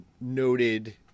noted